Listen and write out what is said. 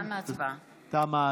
תמה